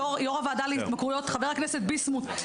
יו"ר הוועדה להתמכרויות חבר הכנסת ביסמוט,